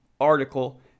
article